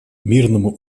мирному